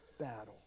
battle